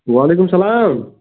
وعلیکُم اسلام